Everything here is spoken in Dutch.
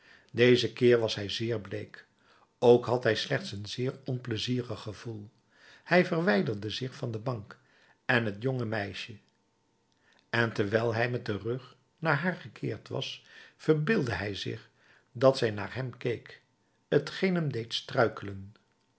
dezen keer was hij zeer bleek ook had hij slechts een zeer onpleizierig gevoel hij verwijderde zich van de bank en het jonge meisje en terwijl hij met den rug naar haar gekeerd was verbeeldde hij zich dat zij naar hem keek t geen hem deed struikelen